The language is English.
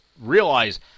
realize